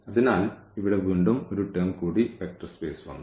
അതിനാൽ ഇവിടെ വീണ്ടും ഒരു ടേം കൂടി വെക്റ്റർ സ്പേസ് വന്നു